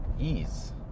ease